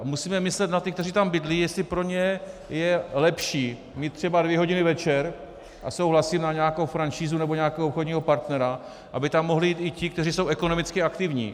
Musíme myslet na ty, kteří tam bydlí, jestli pro ně je lepší mít třeba dvě hodiny večer, a souhlasím, na nějakou franšízu nebo nějakého obchodního partnera, aby tam mohli jít i ti, kteří jsou ekonomicky aktivní.